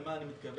למה אני מתכוון.